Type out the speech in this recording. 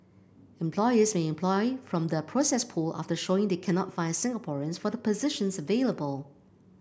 employers may employ from the processed pool after showing they cannot find Singaporeans for the positions available